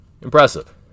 Impressive